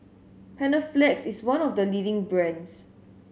Panaflex is one of the leading brands